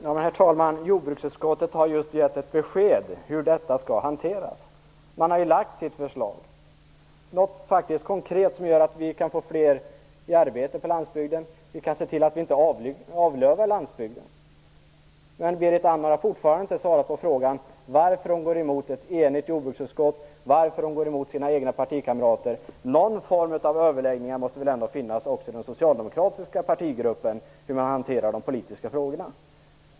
Herr talman! Jordbruksutskottet har just gett ett besked om hur detta skall hanteras. Man har ju lagt fram sitt förslag, något som konkret gör att vi kan få fler i arbete på landsbygden och att vi inte avlövar landsbygden. Men Berit Andnor har fortfarande inte svarat på frågan varför hon går emot ett enigt jordbruksutskott och varför hon går emot sina egna partikamrater. Någon form av överläggningar måste väl ske också i den socialdemokratiska partigruppen när det gäller hur man hanterar de politiska frågorna.